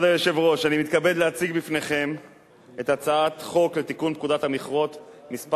אני מתכבד להציג בפניכם את הצעת חוק לתיקון פקודת המכרות (מס'